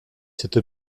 cette